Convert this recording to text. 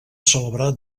celebrar